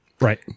Right